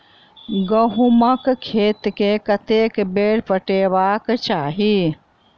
गहुंमक खेत केँ कतेक बेर पटेबाक चाहि?